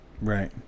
right